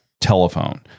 telephone